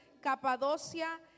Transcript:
Capadocia